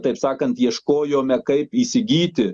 taip sakant ieškojome kaip įsigyti